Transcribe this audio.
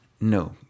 No